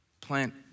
plant